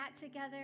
together